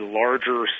larger